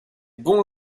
bon